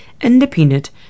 independent